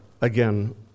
again